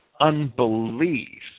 unbelief